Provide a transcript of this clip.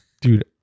Dude